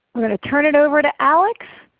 i'm going to turn it over to alex.